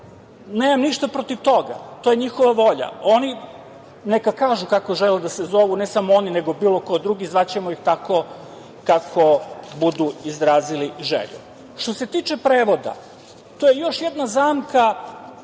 Nemam ništa protiv toga. To je njihova volja. Oni neka kažu kako žele da se zovu, ne samo oni nego bilo kog drugi, zvaćemo ih tako kako budu izrazili želju. Što se tiče prevoda. To je još jedna zamka